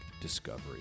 Discovery